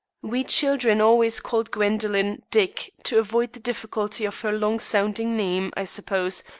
we children always called gwendoline dick, to avoid the difficulty of her long-sounding name, i suppose,